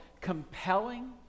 compelling